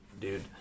dude